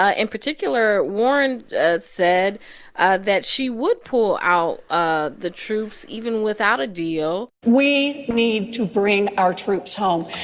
ah in particular, warren said ah that she would pull out ah the troops even without a deal we need to bring our troops home,